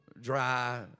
dry